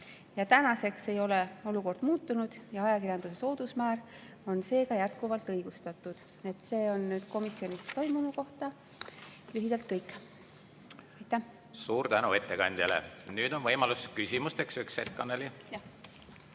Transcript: Tänaseks ei ole olukord muutunud ja ajakirjanduse soodusmäär on seega jätkuvalt õigustatud. See on komisjonis toimunu kohta lühidalt kõik. Aitäh! Suur tänu ettekandjale. Nüüd on võimalus küsida. Üks hetk, Annely.